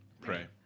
Pray